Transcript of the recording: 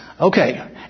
Okay